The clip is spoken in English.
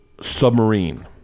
submarine